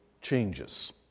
changes